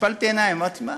השפלתי עיניים, אמרתי: מה,